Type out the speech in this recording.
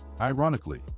Ironically